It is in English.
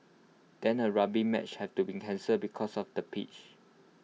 then A rugby match had to be cancelled because of the pitch